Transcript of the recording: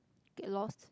get lost